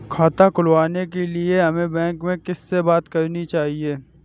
खाता खुलवाने के लिए हमें बैंक में किससे बात करनी चाहिए?